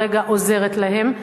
כרגע עוזרת להם.